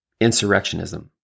Insurrectionism